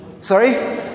Sorry